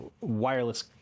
wireless